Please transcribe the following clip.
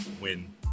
win